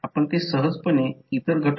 म्हणून ते j M i2 असेल आणि ते j M i1 असेल